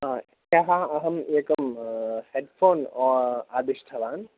हा ह्यः अहम् एकं हेड्फ़ोन् आदिष्टवान्